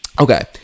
Okay